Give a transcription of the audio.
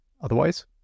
Otherwise